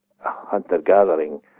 hunter-gathering